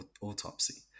autopsy